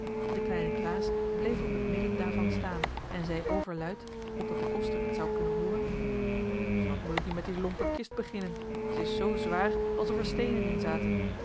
de kleine klaas bleef op het midden daarvan staan en zei overluid opdat de koster het zou kunnen hooren wat moet ik nu met die lompe kist beginnen zij is zoo zwaar alsof er steenen